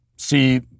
see